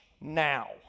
now